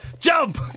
Jump